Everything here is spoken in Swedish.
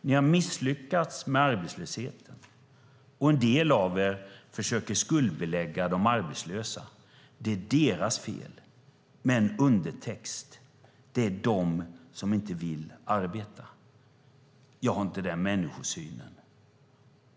Ni har misslyckats med arbetslösheten. En del av er försöker skuldbelägga de arbetslösa och hävda att det är deras fel, med en undertext: Det är de som inte vill arbeta. Jag har inte den människosynen.